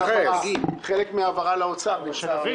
חלק מההעברה לאוצר נמצא כאן.